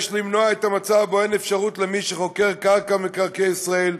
יש למנוע את המצב שבו אין אפשרות למי שחוכר קרקע ממקרקעי ישראל,